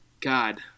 God